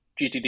GTD